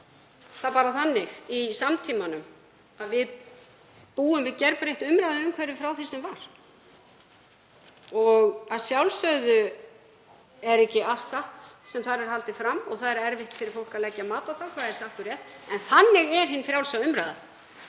það er bara þannig í samtímanum að við búum við gerbreytt umræðuumhverfi frá því sem var. Að sjálfsögðu er ekki allt satt sem þar er haldið fram og það er erfitt fyrir fólk að leggja mat á hvað er satt og rétt. En þannig er hin frjálsa umræða